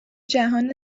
جهان